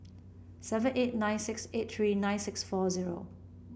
seven eight nine six eight three nine six four zero